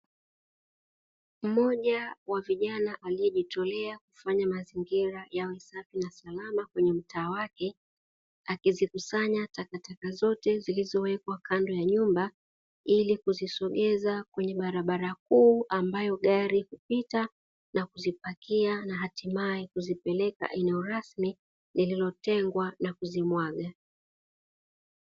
Mmoja wa vijana aliyejitolea kufanya mazingira yawe safi na salama kwenye mtaa wake, akizikusanya takataka zote zilizowekwa kando ya nyumba, ili kuzisogeza kwenye barabara kuu ambayo gari hupita na kuzipakia, na hatimaye kuzipeleka eneo rasmi lililotengwa na kuzimwaga.